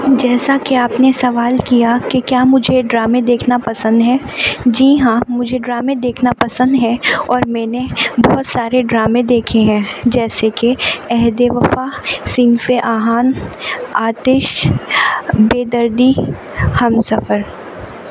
جیسا کہ آپ نے سوال کیا کہ کیا مجھے ڈرامے دیکھنا پسند ہے جی ہاں مجھے ڈرامے دیکھنا پسند ہے اور میں نے بہت سارے ڈرامے دیکھے ہیں جیسے کہ عہدِ وفا صنف آہن آتش بے دردی ہم سفر